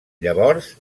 llavors